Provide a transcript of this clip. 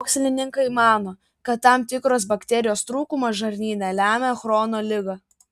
mokslininkai mano kad tam tikros bakterijos trūkumas žarnyne lemia chrono ligą